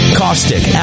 caustic